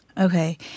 Okay